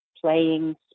playing